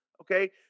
Okay